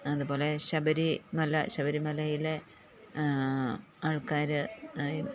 അതുപോലെ ശബരി മല ശബരിമലയിലെ ആൾക്കാര്